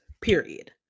Period